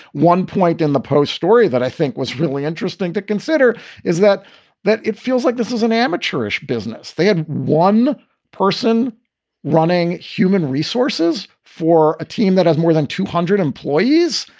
one point in the post story that i think was really interesting to consider is that that it feels like this is an amateurish business. they had one person running human resources for a team that has more than two hundred employees.